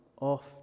off